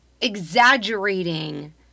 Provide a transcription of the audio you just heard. exaggerating